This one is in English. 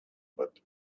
but